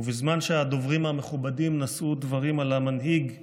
בזמן שהדוברים המכובדים נשאו דברים על המנהיג והמשורר,